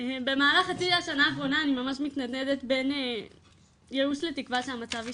במהלך החצי השנה האחרונה אני ממש מתנדנדת בין ייאוש לתקווה שהמצב ישתנה.